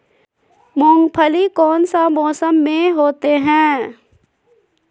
मूंगफली कौन सा मौसम में होते हैं?